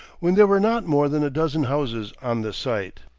when there were not more than a dozen houses on the site.